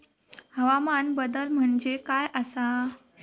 हवामान बदल म्हणजे काय आसा?